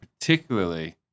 particularly